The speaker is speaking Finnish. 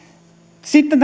sitten